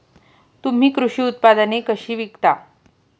तुम्ही कृषी उत्पादने कशी विकता?